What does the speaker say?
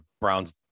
Browns